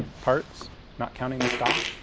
parts not counting the stock.